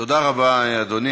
תודה רבה, אדוני.